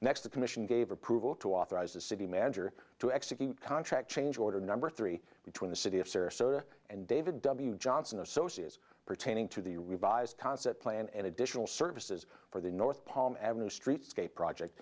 next the commission gave approval to authorize the city manager to execute contract change order number three between the city of sarasota and david johnston associates pertaining to the revised concept plan and additional services for the north palm avenue streetscape project